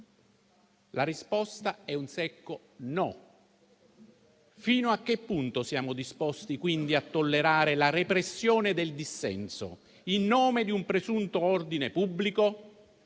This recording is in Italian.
La risposta è un secco no: fino a che punto siamo disposti, quindi, a tollerare la repressione del dissenso in nome di un presunto ordine pubblico?